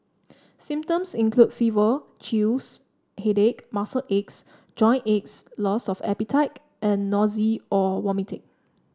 symptoms include fever chills headache muscle aches joint aches loss of appetite and nausea or vomiting